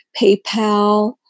PayPal